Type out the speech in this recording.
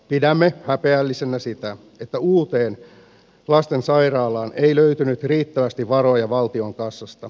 pidämme häpeällisenä sitä että uuteen lastensairaalaan ei löytynyt riittävästi varoja valtion kassasta